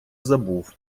забув